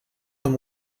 dans